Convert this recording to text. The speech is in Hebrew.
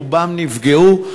רובם נפגעו,